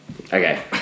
Okay